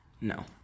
no